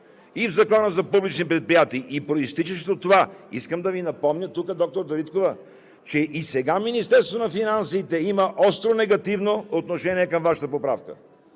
и в Закона за публичните предприятия, и произтичащи от това... Искам да Ви напомня тук, доктор Дариткова, че и сега Министерството на финансите има остро негативно отношение към Вашата поправка,